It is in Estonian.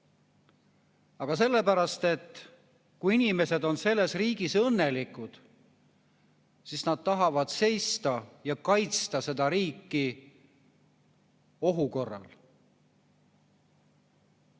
Aga sellepärast, et kui inimesed on selles riigis õnnelikud, siis nad tahavad seda riiki ohu korral